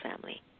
family